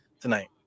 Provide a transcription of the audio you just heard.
tonight